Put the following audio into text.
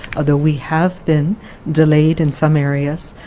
although we have been delayed in some areas,